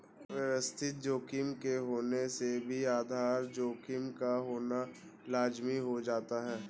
व्यवस्थित जोखिम के होने से भी आधार जोखिम का होना लाज़मी हो जाता है